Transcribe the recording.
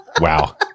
Wow